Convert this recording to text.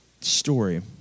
story